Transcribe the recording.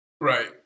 Right